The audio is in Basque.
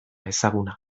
ezaguna